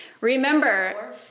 Remember